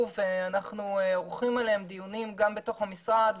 ואנחנו עורכים עליהם דיונים גם בתוך המשרד,